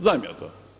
Znam ja to.